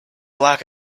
lack